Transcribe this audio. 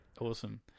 awesome